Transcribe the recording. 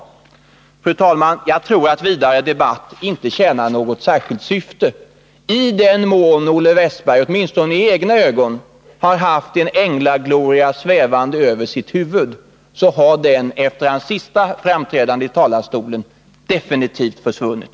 Fru talman! Jag tror inte att vidare debatt tjänar något vettigt syfte. I den mån Olle Wästberg — åtminstone i egna ögon — haft en änglagloria svävande över sitt huvud har den efter hans senaste framträdande i talarstolen definitivt försvunnit.